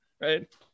Right